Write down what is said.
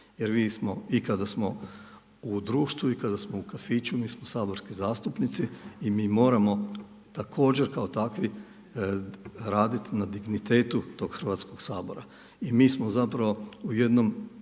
Jer mi i kada smo u društvu i kada smo u kafiću mi smo saborski zastupnici i mi moramo također kao takvi raditi na dignitetu tog Hrvatskog sabora. I mi smo zapravo u jednom